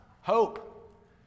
hope